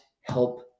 help